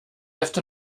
efter